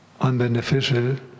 unbeneficial